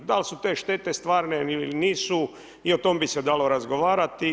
Dal su te štete stvarne ili nisu i o tome bi se dalo razgovarati.